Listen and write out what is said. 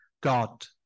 God